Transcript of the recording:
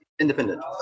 independent